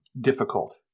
Difficult